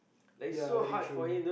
ya very true